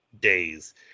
days